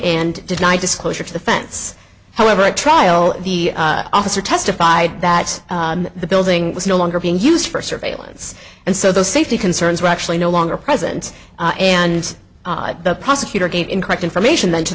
and deny disclosure to the fence however at trial the officer testified that the building was no longer being used for surveillance and so the safety concerns were actually no longer present and the prosecutor gave incorrect information then to